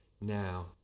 now